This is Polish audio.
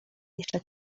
jeszcze